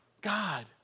God